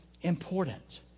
important